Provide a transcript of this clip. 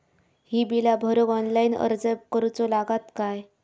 ही बीला भरूक ऑनलाइन अर्ज करूचो लागत काय?